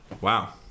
wow